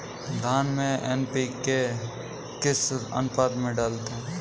धान में एन.पी.के किस अनुपात में डालते हैं?